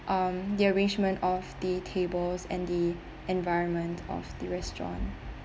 um the arrangement of the tables and the environment of the restaurant